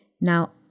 Now